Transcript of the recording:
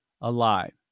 alive